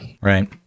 Right